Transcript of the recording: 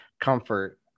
comfort